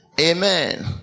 amen